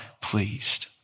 pleased